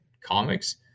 comics